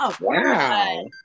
wow